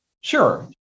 Sure